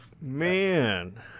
Man